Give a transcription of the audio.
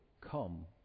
come